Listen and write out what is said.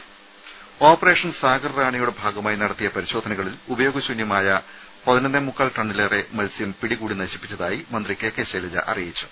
ടെട്ട operation സാഗർറാണിയുടെ ഭാഗമായി നടത്തിയ പരിശോധനകളിൽ ഉപയോഗശൂന്യമായ പതിനൊന്നേമുക്കാൽ ടണ്ണിലേറെ മത്സ്യം പിടികൂടി നശിപ്പിച്ചതായി മന്ത്രി കെ കെ ശൈലജ അറിയിച്ചു